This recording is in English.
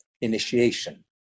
initiation